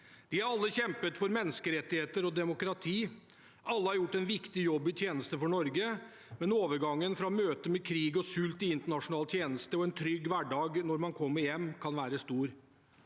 De har alle kjempet for menneskerettigheter og demokrati. Alle har gjort en viktig jobb i tjeneste for Norge, men overgangen fra møtet med krig og sult i internasjonal tjeneste til en trygg hverdag når man kommer hjem, kan være stor.